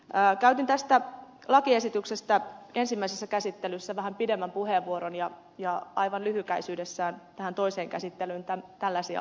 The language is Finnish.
käytin tästä lakiesityksestä ensimmäisessä käsittelyssä vähän pidemmän puheenvuoron ja aivan lyhykäisyydessään tähän toiseen käsittelyyn tällaisia aatoksia